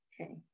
Okay